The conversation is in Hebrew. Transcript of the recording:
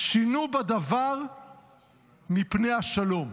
"שינו בדבר מפני השלום".